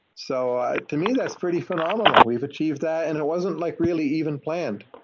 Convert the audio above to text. so ah to me that's pretty phenomenal. we've achieved that and it wasn't like really even planned.